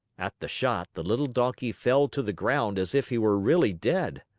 at the shot, the little donkey fell to the ground as if he were really dead.